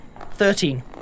Thirteen